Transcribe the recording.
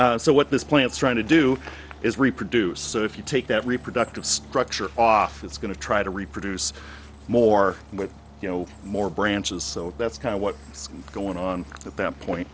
relatives so what this plant's trying to do is reproduce so if you take that reproductive structure off it's going to try to reproduce more with you know more branches so that's kind of what is going on at that point